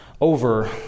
over